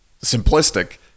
simplistic